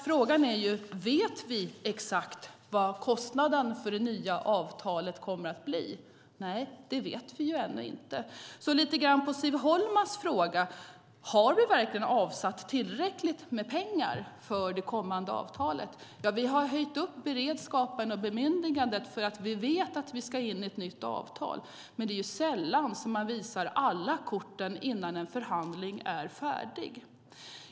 Frågan är: Vet vi exakt vad kostnaden enligt det nya avtalet kommer att bli? Nej, det vet vi ännu inte. Siv Holma frågar om vi verkligen har avsatt tillräckligt med pengar inför det kommande avtalet. Vi har höjt beredskapen och ökat bemyndigandet, för vi vet att vi ska in i ett nytt avtal. Men det är sällan man visar alla korten innan en förhandling är färdig.